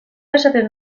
esaten